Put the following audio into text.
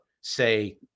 say